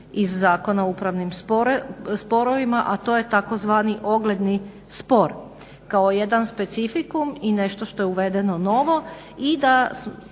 iz Zakona o upravnim sporovima a to je tzv. ogledni spor kao jedan specificum i nešto što je uvedeno novo. I da